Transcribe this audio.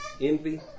envy